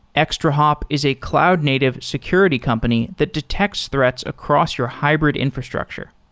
extrahop is a cloud-native security company that detects threats across your hybrid infrastructure.